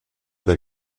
der